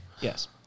Yes